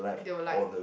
they will like